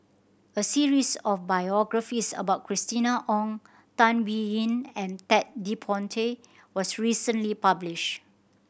a series of biographies about Christina Ong Tan Biyun and Ted De Ponti was recently published